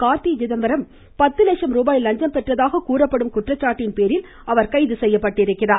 கார்த்தி சிதம்பரம் பத்து லட்ச ருபாய் லஞ்சம் பெற்றதாக கூறப்படும் குற்றச்சாட்டின்போில் அவர் கைகி செய்யப்பட்டிருக்கிறார்